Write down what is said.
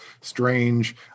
strange